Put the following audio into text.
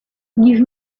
give